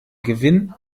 gewinn